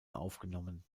aufgenommen